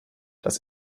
das